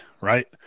right